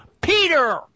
Peter